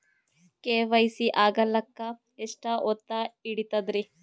KYC ಆಗಲಕ್ಕ ಎಷ್ಟ ಹೊತ್ತ ಹಿಡತದ್ರಿ?